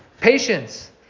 Patience